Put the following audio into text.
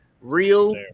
real